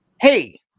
Hey